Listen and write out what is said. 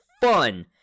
fun